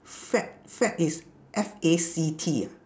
fact fact is F A C T ah